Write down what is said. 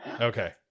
Okay